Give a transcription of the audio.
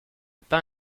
pain